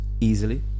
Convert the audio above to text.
easily